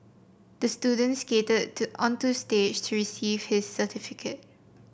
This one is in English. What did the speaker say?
the student skated to onto the stage to receive his certificate